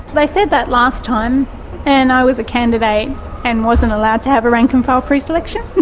they said that last time and i was a candidate and wasn't allowed to have a rank-and-file preselection.